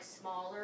smaller